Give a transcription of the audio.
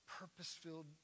purpose-filled